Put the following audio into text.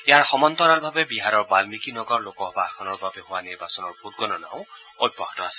ইয়াৰ সমান্তৰালভাৱে বিহাৰৰ বাল্মিকী নগৰ লোকাসভা আসনৰ বাবে হোৱা নিৰ্বাচনৰ ভোটগণনাও অব্যাহত আছে